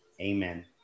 Amen